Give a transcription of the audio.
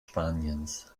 spaniens